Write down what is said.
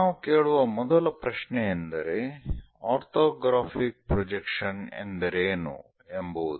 ನಾವು ಕೇಳುವ ಮೊದಲ ಪ್ರಶ್ನೆ ಎಂದರೆ ಆರ್ಥೋಗ್ರಾಫಿಕ್ ಪ್ರೊಜೆಕ್ಷನ್ ಎಂದರೇನು ಎಂಬುವುದು